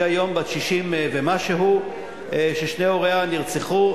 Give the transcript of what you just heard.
שהיא היום בת 60 ומשהו, ששני הוריה נרצחו.